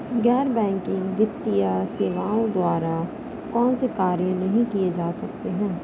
गैर बैंकिंग वित्तीय सेवाओं द्वारा कौनसे कार्य नहीं किए जा सकते हैं?